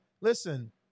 listen